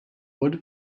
wurde